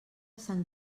sant